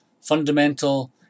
fundamental